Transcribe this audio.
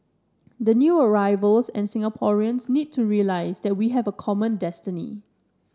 the new arrivals and Singaporeans need to realise that we have a common destiny